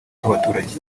bw’abaturage